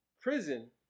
prison